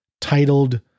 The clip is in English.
titled